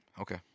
Okay